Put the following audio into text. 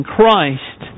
Christ